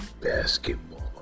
basketball